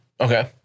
Okay